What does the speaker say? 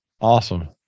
Awesome